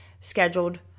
scheduled